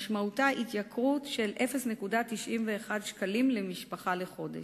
משמעותה התייקרות של 0.91 שקלים למשפחה לחודש.